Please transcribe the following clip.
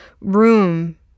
room